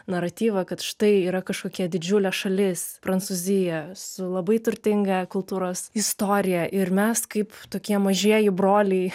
naratyvą kad štai yra kažkokia didžiulė šalis prancūzija su labai turtinga kultūros istorija ir mes kaip tokie mažieji broliai